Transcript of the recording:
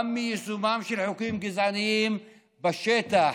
גם מיישומם של חוקים גזעניים בשטח,